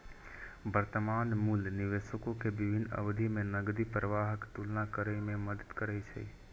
वर्तमान मूल्य निवेशक कें विभिन्न अवधि मे नकदी प्रवाहक तुलना करै मे मदति करै छै